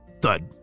thud